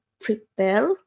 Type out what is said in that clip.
prepare